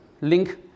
link